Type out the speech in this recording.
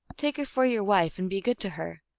take her for your wife and be good to her.